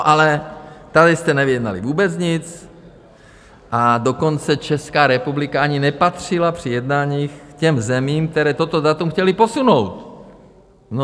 Ale tady jste nevyjednali vůbec nic, a dokonce Česká republika ani nepatřila při jednáních k těm zemím, které toto datum chtěly posunout.